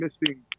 missing